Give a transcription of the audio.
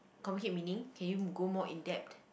communicate meaning can you go more in-depth